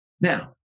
Now